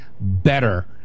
better